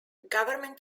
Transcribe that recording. government